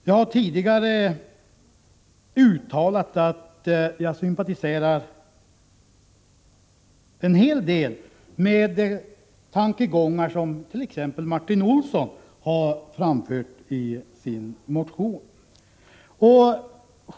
Jag har tidigare uttalat att jag sympatiserar en hel del med de tankegångar som t.ex. Martin Olsson har framfört i sin motion.